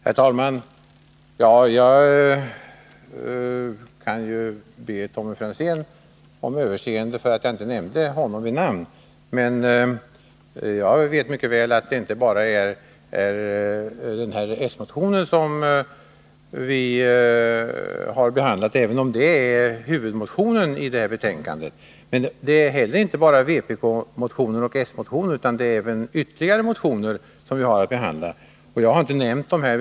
Herr talman! Jag kan ju be Tommy Franzén om överseende för att jag inte nämnde honom vid namn. Jag vet mycket väl att det inte bara är denna s-motion som vi har behandlat, även om den är huvudmotionen i detta betänkande. Men det finns ju också andra motioner som jag inte heller nämnt med namn och nummer.